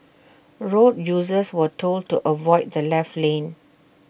road users were told to avoid the left lane